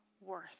worth